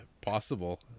possible